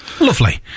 Lovely